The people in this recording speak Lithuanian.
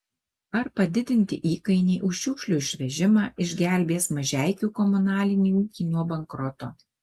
ar padidinti įkainiai už šiukšlių išvežimą išgelbės mažeikių komunalinį ūkį nuo bankroto